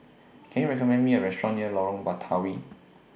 Can YOU recommend Me A Restaurant near Lorong Batawi